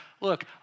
Look